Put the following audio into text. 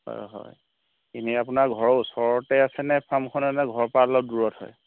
হয় হয় এনেই আপোনাৰ ঘৰৰ ওচৰতে আছে নে ফাৰ্মখন নে ঘৰৰপৰা অলপ দূৰত হয়